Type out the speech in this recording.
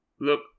Look